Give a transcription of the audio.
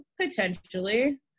Potentially